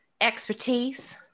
expertise